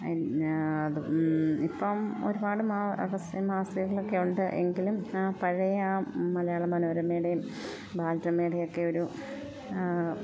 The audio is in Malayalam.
അത് ഇപ്പം ഒരുപാട് മാസികകളൊക്കെ ഉണ്ട് എങ്കിലും ആ പഴയ ആ മലയാള മനോരമയുടെയും ബാലരമയുടെയും ഒക്കെ ഒരു